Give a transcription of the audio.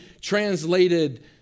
translated